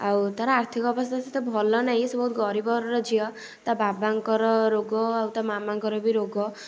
ଆଉ ତା'ର ଆର୍ଥିକ ଅବସ୍ଥା ସେତେ ଭଲ ନାହିଁ ସେ ବହୁତ ଗରିବ ଘରର ଝିଅ ତା ବାବାଙ୍କର ରୋଗ ଆଉ ତା ମାମାଙ୍କର ବି ରୋଗ